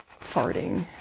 farting